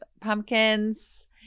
pumpkins